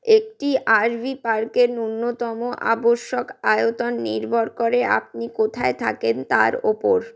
একটি আরভি পার্কের ন্যূনতম আবশ্যক আয়তন নির্ভর করে আপনি কোথায় থাকেন তার ওপর